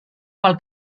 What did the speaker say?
pel